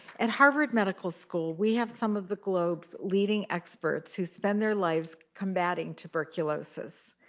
at harvard medical school, we have some of the globe's leading experts who spend their lives combating tuberculosis.